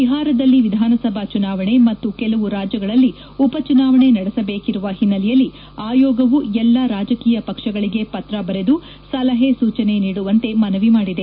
ಬಿಹಾರದಲ್ಲಿ ವಿಧಾನಸಭಾ ಚುನಾವಣೆ ಮತ್ತು ಕೆಲವು ರಾಜ್ಲಗಳಲ್ಲಿ ಉಪ ಚುನಾವಣೆ ನಡೆಸಬೇಕಿರುವ ಹಿನ್ನೆಲೆಯಲ್ಲಿ ಆಯೋಗವು ಎಲ್ಲಾ ರಾಜಕೀಯ ಪಕ್ಷಗಳಿಗೆ ಪತ್ರ ಬರೆದು ಸಲಹೆ ಸೂಚನೆ ನೀಡುವಂತೆ ಮನವಿ ಮಾಡಿದೆ